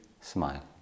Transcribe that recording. smile